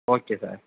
okay sir